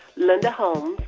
linda holmes,